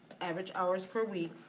average hours per week,